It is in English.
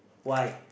why